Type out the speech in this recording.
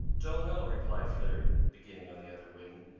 don't know, replied flitter, beginning on the other wing.